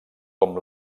com